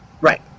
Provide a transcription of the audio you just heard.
Right